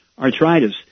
arthritis